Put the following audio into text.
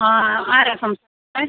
ആ ആരാണ് സംസ്